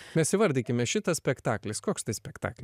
mes įvardykime šitas spektaklis koks tas spektaklis